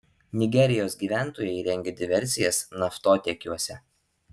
nigerijos gyventojai rengia diversijas naftotiekiuose